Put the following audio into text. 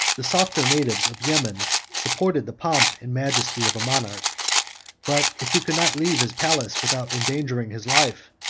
the softer natives of yemen supported the pomp and majesty of a monarch but if he could not leave his palace without endangering his life,